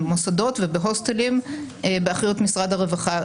במוסדות ובהוסטלים באחריות משרד הרווחה.